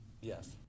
Yes